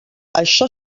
això